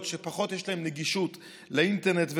שפחות יש להם נגישות לאינטרנט ולמייל,